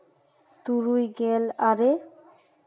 ᱛᱩᱨᱩᱭ ᱜᱮᱞ ᱟᱨᱮ